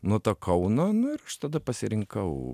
nuo to kauno nu ir aš tada pasirinkau